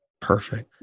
Perfect